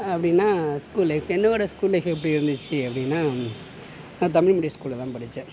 அப்படின்னா school life என்னோட school life எப்படி இருந்துச்சு அப்படின்னா நான் தமிழ் மீடியம் ஸ்கூலில் தான் படிச்சேன்